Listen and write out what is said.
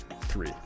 three